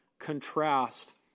Contrast